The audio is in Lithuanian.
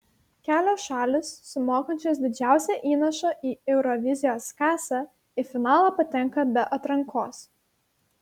kelios šalys sumokančios didžiausią įnašą į eurovizijos kasą į finalą patenka be atrankos